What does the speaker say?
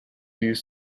use